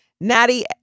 Natty